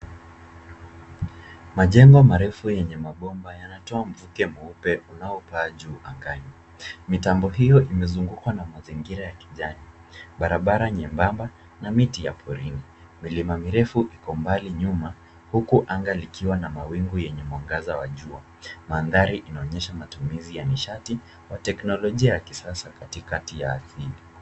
Majengo marefu yenye mabomba yanatoa mvuke mweupe unaopaa juu angani. Mitambo hiyo imezungukwa na mazingira ya kijani, barbara nyembamba na miti ya porini. Milima mirefu iko mbali nyuma huku anga likiwa na mawingu yenye mwangaza wa jua. Mandhari inaonyesha matumizi ya nishati ya teknolojia ya kisasa katikati ya jiji.